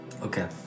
Okay